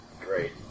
great